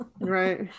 Right